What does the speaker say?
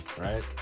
right